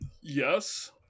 Yes